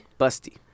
Busty